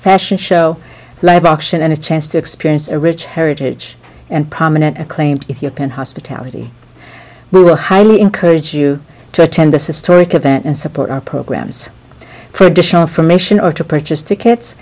fashion show live action and a chance to experience a rich heritage and prominent acclaimed ethiopian hospitality who are highly encourage you to attend this is torek event and support our programs for additional information or to purchase tickets